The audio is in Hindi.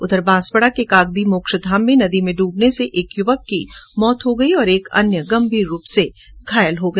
उधर बांसवाडा के कागदी मोक्ष धाम में नदी में डूबने से एक युवक की मौत हो गई और एक अन्य गंभीर रूप से घायल हो गया